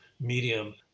medium